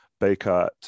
Baycott